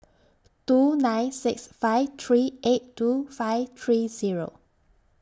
two nine six five three eight two five three Zero